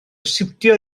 siwtio